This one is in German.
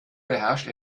beherrscht